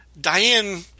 Diane